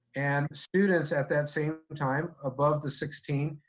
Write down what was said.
and students at that same time above the sixteen,